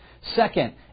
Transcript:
Second